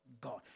God